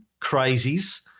crazies